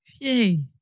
yay